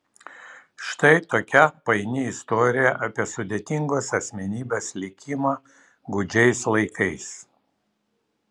štai tokia paini istorija apie sudėtingos asmenybės likimą gūdžiais laikais